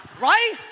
Right